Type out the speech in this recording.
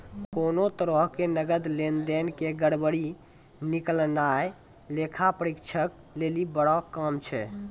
कोनो तरहो के नकद लेन देन के गड़बड़ी निकालनाय लेखा परीक्षक लेली बड़ा काम छै